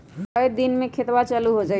कई दिन मे खतबा चालु हो जाई?